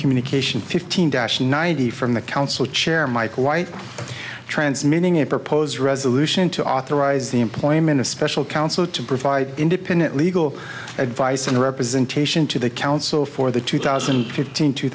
communication fifteen dash ninety from the council chair michael white transmitting a proposed resolution to authorize the employment of special counsel to provide independent legal advice and representation to the council for the two thousand and fifteen two